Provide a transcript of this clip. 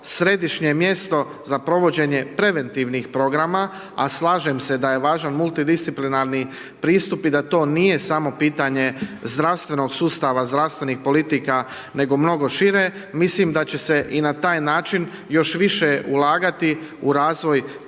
središnje mjesto za provođenje preventivnih programa, a slažem se da je važan multidisciplinarni pristup i da to nije samo pitanje zdravstvenog sustava, zdravstvenih politika, nego mnogo šire, mislim da će se na taj način još više ulagati u razvoj